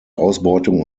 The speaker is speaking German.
ausbeutung